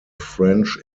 french